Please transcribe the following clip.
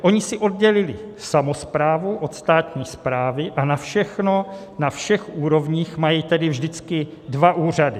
Oni si oddělili samosprávu od státní správy a na všechno na všech úrovních mají tedy vždycky dva úřady.